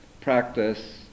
practice